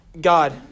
God